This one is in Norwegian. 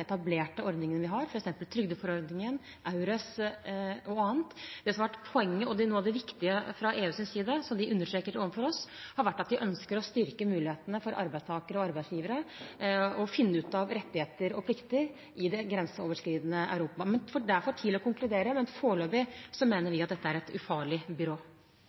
etablerte ordningene vi allerede har, f.eks. trygdeforordningen, EURES og annet. Det som har vært poenget og noe av det viktige fra EUs side, som de har understreket overfor oss, har vært at de ønsker å styrke mulighetene for arbeidstakere og arbeidsgivere til å finne ut av rettigheter og plikter i det grenseoverskridende Europa. Det er for tidlig å konkludere, men foreløpig mener vi at dette er et ufarlig byrå.